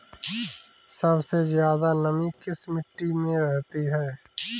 सबसे ज्यादा नमी किस मिट्टी में रहती है?